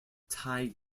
tai